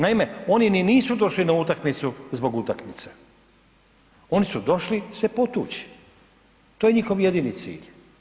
Naime, oni ni nisu došli na utakmicu zbog utakmice, oni su došli se potuć, to je njihov jedini cilj.